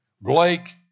Blake